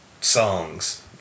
songs